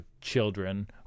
children